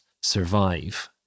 survive